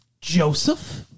Joseph